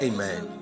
Amen